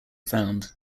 found